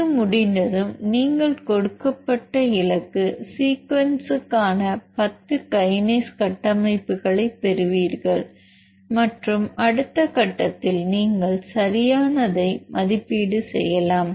இது முடிந்ததும் நீங்கள் கொடுக்கப்பட்ட இலக்கு சீக்வென்ஸ்க்கான 10 கைனேஸ் கட்டமைப்புகளைப் பெறுவீர்கள் மற்றும் அடுத்த கட்டத்தில் நீங்கள் சரியானதை மதிப்பீடு செய்யலாம்